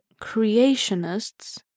creationists